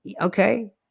okay